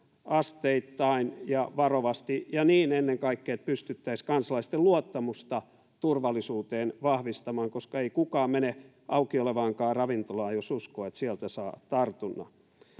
asteittain ja varovasti ja ennen kaikkea pystyttäisiin kansalaisten luottamusta turvallisuuteen vahvistamaan koska ei kukaan mene auki olevaankaan ravintolaan jos uskoo että sieltä saa tartunnan